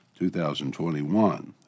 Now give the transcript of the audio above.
2021